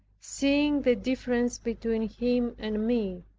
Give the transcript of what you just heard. seeing the difference between him and me.